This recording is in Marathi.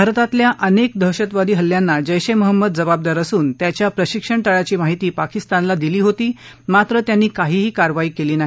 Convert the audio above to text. भारतातल्या अनेक दहशतवादी हल्ल्याना जैश ए महम्मद जबाबदार असून त्याच्या प्रशिक्षण तळाची माहिती पाकिस्तानला दिली होती मात्र त्यांनी काहीही कारवाई केली नाही